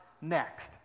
next